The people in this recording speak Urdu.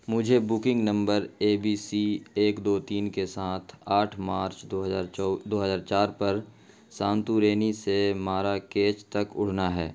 مجھے بکنگ نمبر اے بی سی ایک دو تین کے ساتھ آٹھ مارچ دو ہزار دو ہزار چار پر سانتورینی سے ماراکیچ تک اڑنا ہے